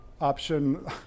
option